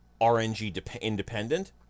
RNG-independent